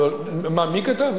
מי כתב?